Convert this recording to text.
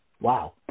Wow